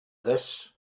this